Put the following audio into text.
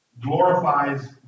glorifies